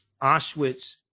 Auschwitz